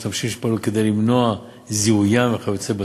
משתמשים שפעלו כדי למנוע את זיהוים וכיוצא באלה.